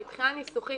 מבחינה ניסוחית,